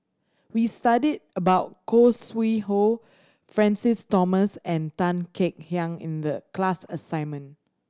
we studied about Khoo Sui Hoe Francis Thomas and Tan Kek Hiang in the class assignment